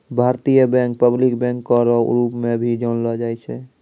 भारतीय bank public बैंको रो रूप मे भी जानलो जाय छै